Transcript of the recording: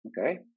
Okay